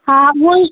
हा उअई